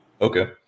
Okay